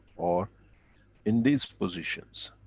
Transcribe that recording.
or in these positions.